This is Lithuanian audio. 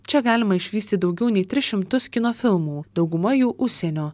čia galima išvysti daugiau nei tris šimtus kino filmų dauguma jų užsienio